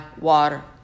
water